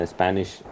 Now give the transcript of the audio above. Spanish